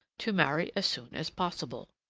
to marry as soon as possible.